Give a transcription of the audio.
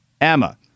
Emma